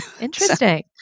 Interesting